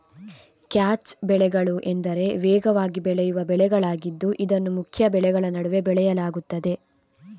catch ಬೆಳೆಗಳು ಎಂದರೆ ವೇಗವಾಗಿ ಬೆಳೆಯುವ ಬೆಳೆಗಳಾಗಿದ್ದು ಇದನ್ನು ಮುಖ್ಯ ಬೆಳೆಗಳ ನಡುವೆ ಬೆಳೆಯಲಾಗುತ್ತದೆ